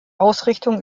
ausrichtung